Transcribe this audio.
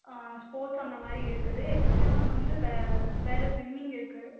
ஆ sports அந்தமாதிரி இருக்குது extra வந்து வேறு ஸ்விம்மிங் இருக்குது